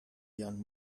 young